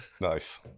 Nice